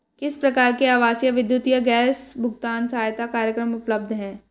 किस प्रकार के आवासीय विद्युत या गैस भुगतान सहायता कार्यक्रम उपलब्ध हैं?